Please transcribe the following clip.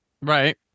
right